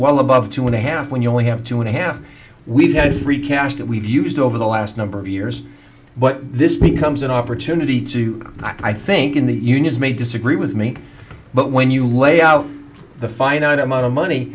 well above two and a half when you only have two and a half we've had free cash that we've used over the last number of years but this becomes an opportunity to i think in the unions may disagree with me but when you lay out the finite amount of money